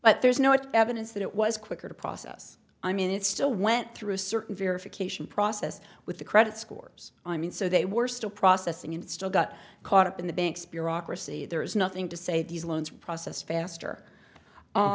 but there's no what evidence that it was quicker to process i mean it's still went through a certain verification process with the credit scores i mean so they were still processing and still got caught up in the bank's bureaucracy there is nothing to say these loans process faster